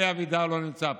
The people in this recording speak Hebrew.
אלי אבידר לא נמצא פה,